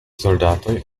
soldatoj